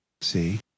See